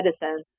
medicine